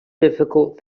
difficult